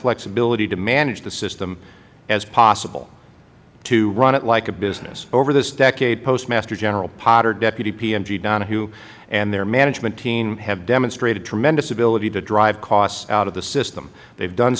flexibility to manage the system as possible to run it like a business over this decade postmaster general potter deputy pmg donahoe and their management team have demonstrated tremendous ability to drive costs out of the system they have done